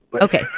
Okay